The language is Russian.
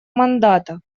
мандата